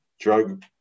drug